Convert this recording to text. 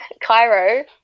Cairo